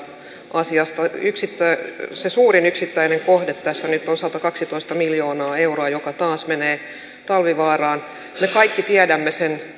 asiasta se suurin yksittäinen kohde tässä nyt on satakaksitoista miljoonaa euroa joka taas menee talvivaaraan me kaikki tiedämme sen